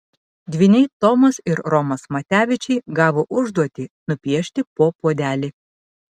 dvyniai tomas ir romas matevičiai gavo užduotį nupiešti po puodelį